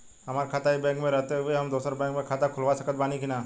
हमार खाता ई बैंक मे रहते हुये हम दोसर बैंक मे खाता खुलवा सकत बानी की ना?